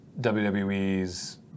WWE's